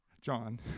John